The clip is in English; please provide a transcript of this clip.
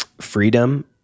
freedom